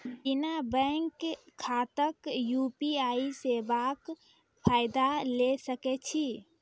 बिना बैंक खाताक यु.पी.आई सेवाक फायदा ले सकै छी?